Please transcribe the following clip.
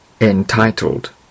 entitled